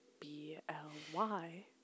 B-L-Y